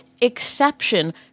exception